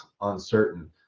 uncertain